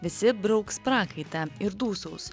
visi brauks prakaitą ir dūsaus